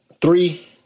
Three